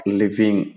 living